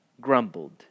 grumbled